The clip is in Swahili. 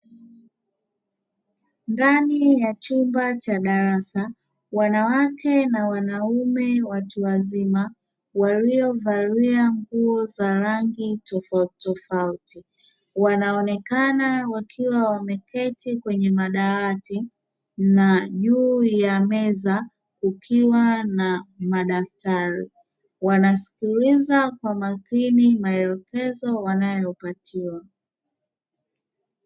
Ndani ya chumba cha darasa wanawake na wanaume watu wazima waliovalia nguo za rangi tofauti tofauti wanaonekana wakiwa wameketi kwenye madawati na juu ya meza kukiwa na madaftari, wanasikiliza kwa makini maelekezo wanayopatiwa.